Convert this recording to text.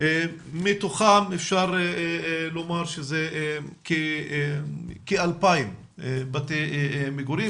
מתוכם אפשר לומר שזה כ-2,000 בתי מגורים,